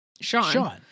Sean